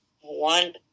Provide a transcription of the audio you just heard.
one